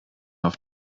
auf